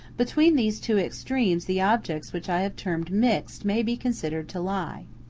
between these two extremes the objects which i have termed mixed may be considered to lie.